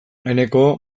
eneko